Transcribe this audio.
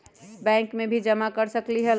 Bank में भी जमा कर सकलीहल?